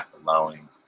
allowing